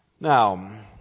Now